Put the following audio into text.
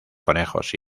conejos